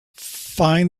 find